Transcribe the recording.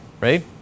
right